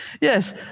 yes